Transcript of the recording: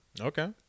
Okay